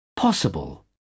Possible